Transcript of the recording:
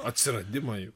atsiradimą jų